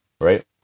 Right